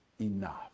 enough